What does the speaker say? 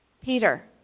Peter